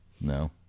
No